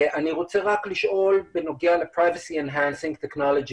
אני רוצה רק לשאול בנוגע ל-privacy-enhancing technologies,